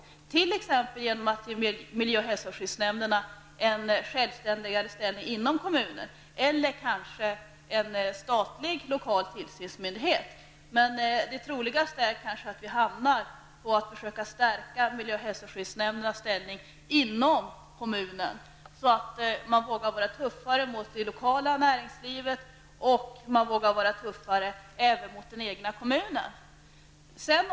Det kan t.ex. ske genom att man ger miljö och hälsoskyddsnämnderna en självständigare ställning inom kommunerna eller genom att man tillskapar en statlig lokal tillsynsmyndighet. Det troligaste är kanske att vi hamnar på att försöka stärka miljöoch hälsoskyddsnämndernas ställning inom kommunerna, så att de vågar vara tuffare mot det lokala näringslivet och även mot den egna kommunen.